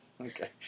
Okay